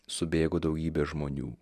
subėgo daugybė žmonių